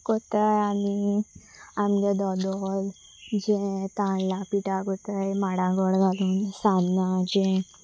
करतात आनी आमगे दोदोल जें तांदळां पिठां करतात माडा गोड घालून सांन्नां जें